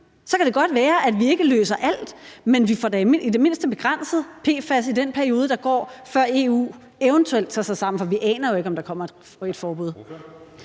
så kan det godt være, at vi ikke løser alt, men vi får da i det mindste begrænset PFAS i den periode, der går, før EU eventuelt tager sig sammen, for vi aner jo ikke, om der kommer et forbud.